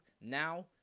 Now